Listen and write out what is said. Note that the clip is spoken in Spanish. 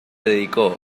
dedicó